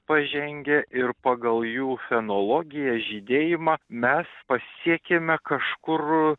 pažengę ir pagal jų fenologiją žydėjimą mes pasiekėme kažkur